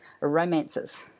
romances